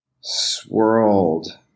swirled